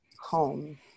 home